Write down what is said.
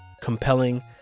compelling